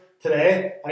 Today